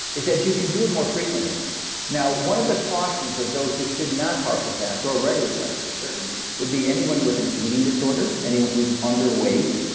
is that you can do it more frequently now, one of the cautions that those who should not partial fast or regular fast for a certain would be anyone with an eating disorder. anyone who's underweight,